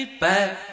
back